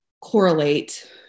correlate